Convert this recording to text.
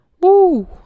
Woo